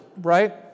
right